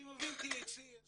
אני מבין של-THC יש